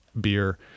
beer